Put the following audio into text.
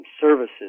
services